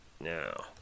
now